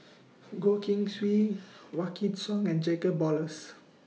Goh Keng Swee Wykidd Song and Jacob Ballas